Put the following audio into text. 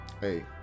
Hey